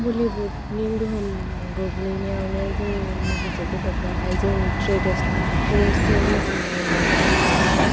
बलिउडनि गोहोम गोगलैनायावनो जोंनि माखासे गथ' फ्राहाय जोंनि ट्रेदिसेनल मोसानाय बागुरुमबा